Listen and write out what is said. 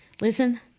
listen